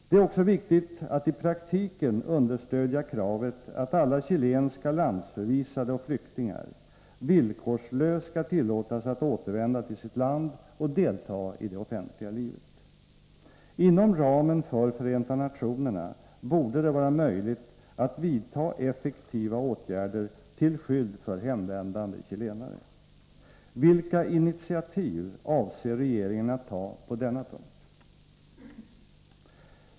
Det är också viktigt att i praktiken understödja kravet att alla chilenska landsförvisade och flyktingar villkorslöst skall tillåtas att återvända till sitt land och delta i det offentliga livet. Inom ramen för Förenta nationerna borde det vara möjligt att vidta effektiva åtgärder till skydd för hemvändande chilenare. Vilka initiativ avser regeringen att ta på denna punkt?